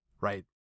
right